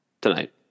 Tonight